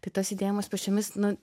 tai tas judėjimas pėsčiomis nu